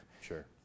sure